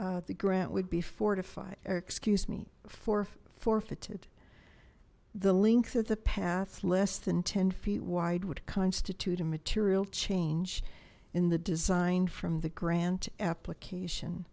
wide the grant would be fortified or excuse me for forfeited the length of the path less than ten feet wide would constitute a material change in the design from the grant application